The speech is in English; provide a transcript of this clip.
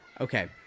Okay